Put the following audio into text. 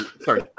Sorry